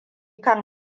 kan